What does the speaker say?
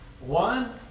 One